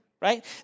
right